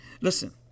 listen